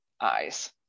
eyes